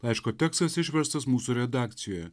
laiško tekstas išverstas mūsų redakcijoje